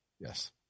Yes